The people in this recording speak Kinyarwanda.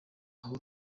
aho